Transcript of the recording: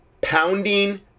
pounding